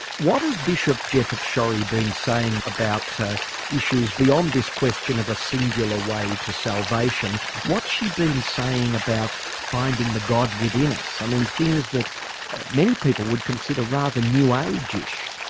what has bishop jefferts schori, been saying about issues beyond this question of a singular way to salvation? what's she been saying about finding the god within us? i mean things that many people would consider rather new age-ish.